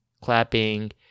clapping